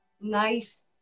Nice